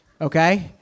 okay